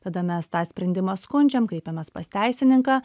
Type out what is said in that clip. tada mes tą sprendimą skundžiam kreipiamės pas teisininką